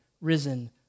risen